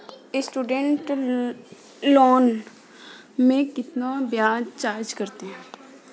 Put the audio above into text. Student loan में कितना ब्याज चार्ज करते हैं?